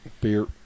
Beer